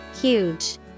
Huge